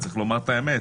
צריך לומר את האמת,